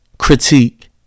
critique